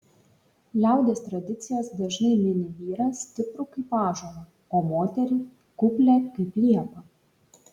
liaudies tradicijos dažnai mini vyrą stiprų kaip ąžuolą o moterį kuplią kaip liepą